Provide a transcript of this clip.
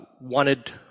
wanted